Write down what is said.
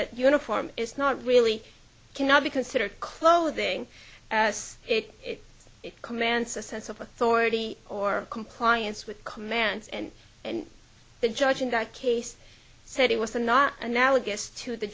that uniform is not really cannot be considered clothing as it commands a sense of authority or compliance with commands and and the judge in that case said it was a not analogous to the